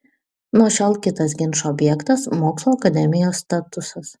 nuo šiol kitas ginčų objektas mokslų akademijos statusas